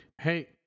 Hey